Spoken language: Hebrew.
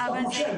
אחוזים.